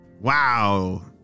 Wow